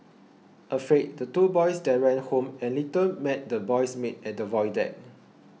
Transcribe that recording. afraid the two boys then ran home and later met the boy's maid at the void deck